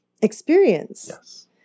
experience